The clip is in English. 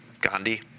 Gandhi